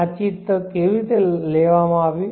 આ ચિત્ર કેવી રીતે લેવામાં આવ્યું